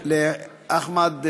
לאחמד,